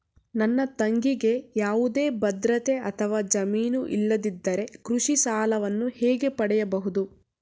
ನನ್ನ ತಂಗಿಗೆ ಯಾವುದೇ ಭದ್ರತೆ ಅಥವಾ ಜಾಮೀನು ಇಲ್ಲದಿದ್ದರೆ ಕೃಷಿ ಸಾಲವನ್ನು ಹೇಗೆ ಪಡೆಯಬಹುದು?